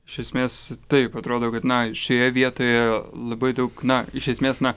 iš esmės taip atrodo kad na šioje vietoje labai daug na iš esmės na